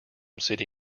city